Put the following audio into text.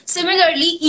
Similarly